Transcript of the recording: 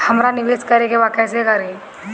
हमरा निवेश करे के बा कईसे करी?